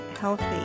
Healthy